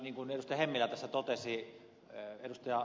hemmilä tässä totesi ed